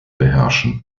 beherrschen